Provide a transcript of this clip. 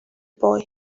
boy